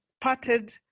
parted